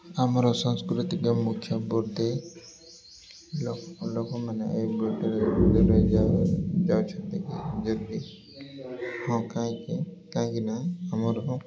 ଆମର ସଂସ୍କୃତିକ ମୁଖ୍ୟ ବୃତ୍ତି ଲୋକମାନେ ଏହି ବୃତ୍ତିରେ ଦୂରେଇ ଯାଉଛନ୍ତି ଯଦି ହଁ କାହିଁକି କାହିଁକିନା ଆମର